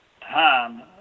time